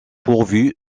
pigeonnier